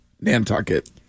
Nantucket